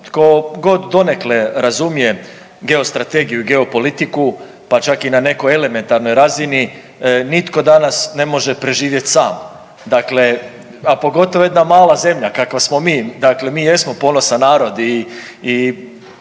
tko god donekle razumije geostrategiju i geopolitiku, pa čak i na nekoj elementarnoj razini nitko danas ne može preživjet sam, dakle a pogotovo jedna mala zemlja kakva smo mi. Dakle, mi jesmo ponosan narod i,